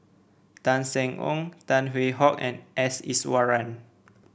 Tan Seng Yong Tan Hwee Hock and S Iswaran